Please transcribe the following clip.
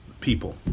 people